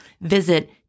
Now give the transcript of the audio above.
Visit